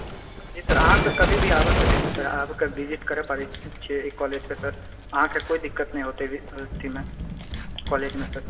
जी sir अहाँ sir कभी भी आबऽ सकैत छिऐ आबि कऽ विजीट करऽ पड़ै छै ई कॉलेज कऽ सर अहाँकेँ कोइ दिक्कत नहि होतै अथिमे कॉलेजमे सर